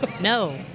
no